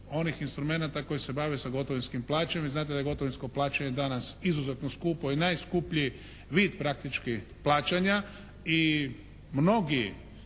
onih instrumenata koji se bave sa gotovinskim plaćanje, vi znate da je gotovinsko plaćanje danas izuzetno skupo i najskuplji vid praktički plaćanja i mnogi